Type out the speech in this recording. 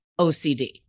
OCD